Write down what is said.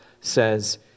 says